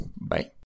Bye